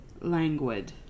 Languid